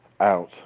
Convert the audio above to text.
out